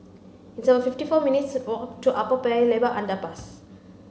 it's about fifty four minutes walk to Upper Paya Lebar Underpass